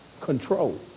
control